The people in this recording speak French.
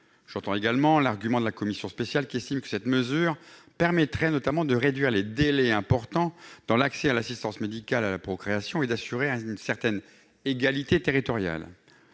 J'entends également l'argument de la commission spéciale, selon laquelle cette mesure permettrait notamment de réduire les délais importants dans l'accès à l'assistance médicale à la procréation et d'assurer une certaine égalité territoriale.